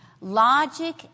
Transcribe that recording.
logic